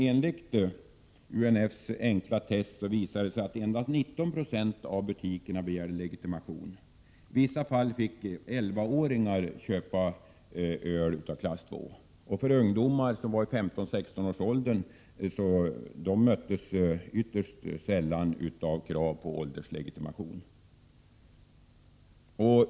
UNF:s enkla test visar att endast 19 20 av butikerna begärde legitimation. I vissa fall fick 11-åringar köpa öl klass II. Ungdomar i 15-16-årsåldern möttes ytterst sällan med krav på ålderslegitimation.